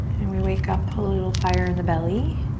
and we wake up, put a little fire in the belly.